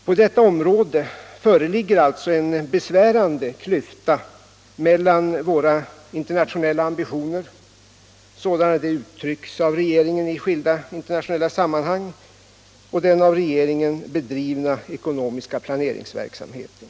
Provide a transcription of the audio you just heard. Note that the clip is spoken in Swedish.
På detta område föreligger alltså en besvärande klyfta mellan våra internationella ambitioner, sådana de uttrycks av regeringen i skilda internationella sammanhang, och den av regeringen bedrivna ekonomiska planeringsverk samheten.